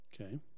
Okay